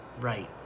right